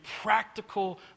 practical